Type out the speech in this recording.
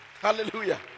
Hallelujah